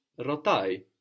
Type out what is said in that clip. rotai